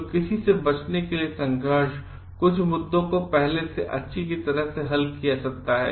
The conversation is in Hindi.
तो किसी से बचने के लिए संघर्ष कुछ मुद्दों को पहले से अच्छी तरह से हल किया जा सकता है